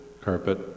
carpet